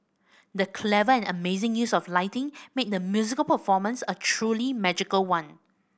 the clever and amazing use of lighting made the musical performance a truly magical one